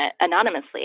anonymously